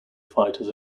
fighters